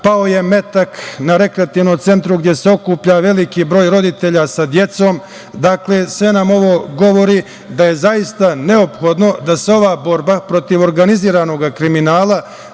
pao je metak na rekreativnom centru gde se okuplja veliki broj roditelja sa decom. Sve nam ovo govori da je zaista neophodno da se ova borba protiv organizovanog kriminala